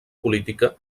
política